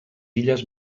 illes